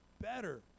better